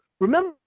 Remember